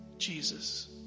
Jesus